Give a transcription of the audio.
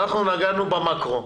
אנחנו נגענו במקרו,